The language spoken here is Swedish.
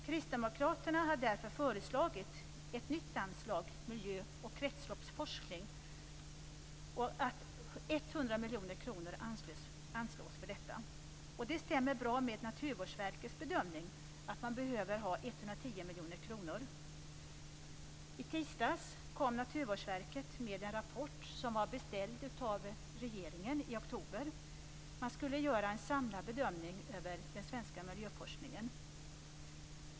Kristdemokraterna har därför föreslagit att 100 miljoner kronor anslås för detta i ett nytt anslag Miljö och kretsloppsforskning. Det stämmer bra med Naturvårdsverkets bedömning, att man behöver 110 miljoner kronor. I tisdags kom Naturvårdsverket med den rapport som var beställd av regeringen i oktober. Man skulle göra en samlad bedömning över den svenska miljöforskningen.